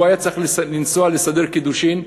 הוא היה צריך לנסוע לסדר את הקידושין,